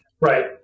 Right